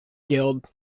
guild